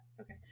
Okay